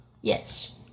Yes